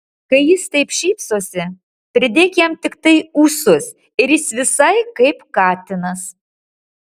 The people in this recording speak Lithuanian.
kai jis taip šypsosi pridėk jam tiktai ūsus ir jis visai kaip katinas